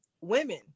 women